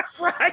Right